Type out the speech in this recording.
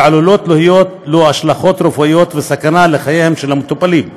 ועלולות להיות לו השלכות רפואיות וסכנה לחייהם של המטופלים.